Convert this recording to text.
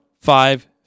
five